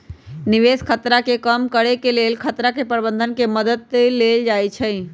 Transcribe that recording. निवेश खतरा के कम करेके लेल खतरा प्रबंधन के मद्दत लेल जाइ छइ